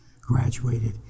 graduated